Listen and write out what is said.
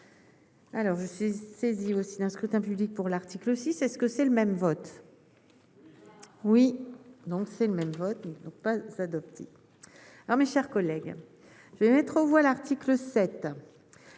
alors je suis saisi aussi d'un scrutin public pour l'article, c'est ce que c'est le même vote oui donc c'est le même vote donc pas s'adapter alors, mes chers collègues, je vais mettre aux voix l'article 7